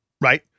right